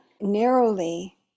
narrowly